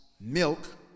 milk